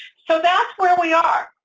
so that's where we are.